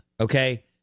Okay